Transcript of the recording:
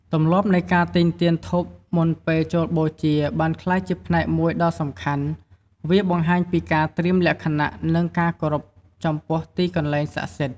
ទម្លាប់នៃការទិញទៀនធូបមុនពេលចូលបូជាបានក្លាយជាផ្នែកមួយដ៏សំខាន់វាបង្ហាញពីការត្រៀមលក្ខណៈ និងការគោរពចំពោះទីកន្លែងសាកសិដ្ឋ។